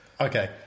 Okay